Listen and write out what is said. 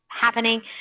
happening